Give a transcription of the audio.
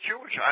Jewish